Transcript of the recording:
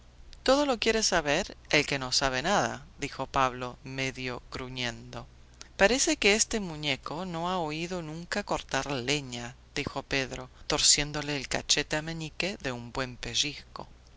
todo lo quiere saber el que no sabe nada dijo pablo medio gruñendo parece que este muñeco no ha oído nunca cortar leña dijo pedro torciéndole el cachete a meñique de un buen pellizco